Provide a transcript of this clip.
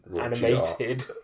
Animated